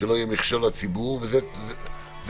שלא יהיה מכשול לציבור וזה 9(ג)